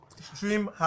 Stream